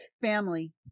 Family